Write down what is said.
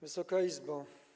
Wysoka Izbo!